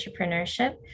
entrepreneurship